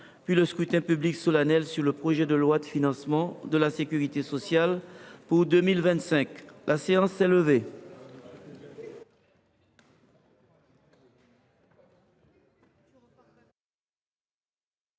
puis scrutin public solennel sur le projet de loi de financement de la sécurité sociale pour 2025, dont le